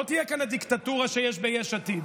לא תהיה כאן הדיקטטורה שיש ביש עתיד.